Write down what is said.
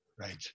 right